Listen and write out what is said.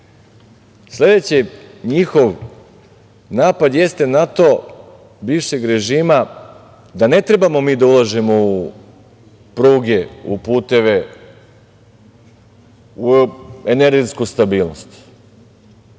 Sledeći njihov napad jeste na to, bivšeg režima, da ne trebamo mi da ulažemo u pruge, u puteve, u energetsku stabilnost,